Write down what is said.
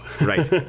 Right